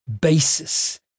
basis